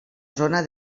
zona